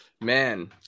Man